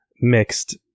mixed